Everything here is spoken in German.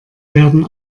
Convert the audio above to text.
werden